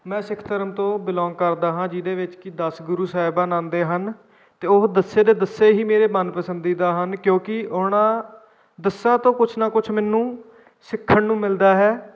ਮੈਂ ਸਿੱਖ ਧਰਮ ਤੋਂ ਬਿਲੋਂਗ ਕਰਦਾ ਹਾਂ ਜਿਹਦੇ ਵਿੱਚ ਕਿ ਦਸ ਗੁਰੂ ਸਾਹਿਬਾਨ ਆਉਂਦੇ ਹਨ ਅਤੇ ਉਹ ਦਸੇ ਦੇ ਦਸੇ ਹੀ ਮੇਰੇ ਮਨ ਪਸੰਦੀਦਾ ਹਨ ਕਿਉਂਕਿ ਉਹਨਾਂ ਦਸਾਂ ਤੋਂ ਕੁਛ ਨਾ ਕੁਛ ਮੈਨੂੰ ਸਿੱਖਣ ਨੂੰ ਮਿਲਦਾ ਹੈ